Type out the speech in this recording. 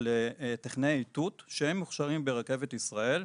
לטכנאי איתות שהם מוכשרים ברכבת ישראל,